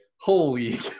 Holy